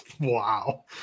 Wow